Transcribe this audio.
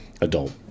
adult